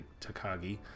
Takagi